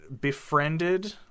befriended